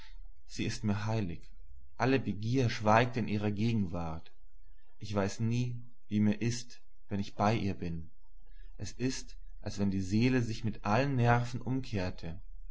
sie ist mir heilig alle begier schweigt in ihrer gegenwart ich weiß nie wie mir ist wenn ich bei ihr bin es ist als wenn die seele sich mir in allen nerven umkehrte